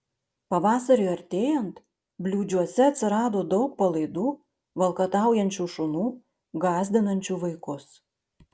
pavasariui artėjant bliūdžiuose atsirado daug palaidų valkataujančių šunų gąsdinančių vaikus